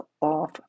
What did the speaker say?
off